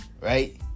right